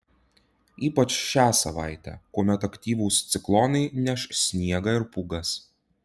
ypač šią savaitę kuomet aktyvūs ciklonai neš sniegą ir pūgas